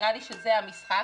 נראה לי שזה המשחק.